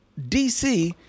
DC